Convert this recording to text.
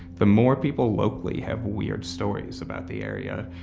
the more people locally have weird stories about the area.